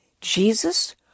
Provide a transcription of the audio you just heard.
Jesus